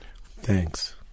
Thanks